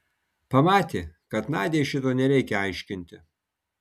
pamatė kad nadiai šito nereikia aiškinti